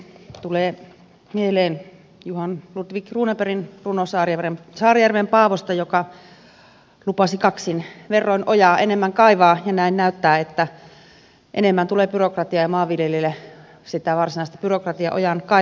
tulee mieleen johan ludvig runebergin runo saarijärven paavosta joka lupasi kaksin verroin ojaa enemmän kaivaa ja näin näyttää että enemmän tulee byrokratiaa ja maanviljelijöille sitä varsinaista byrokratiaojan kaivuuta